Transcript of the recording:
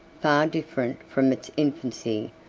far different from its infancy,